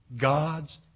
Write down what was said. God's